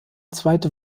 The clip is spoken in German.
zweite